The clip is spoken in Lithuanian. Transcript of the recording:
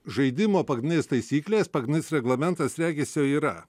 žaidimo pagrindinės taisyklės pagrindinis reglamentas regis jau yra